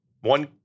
One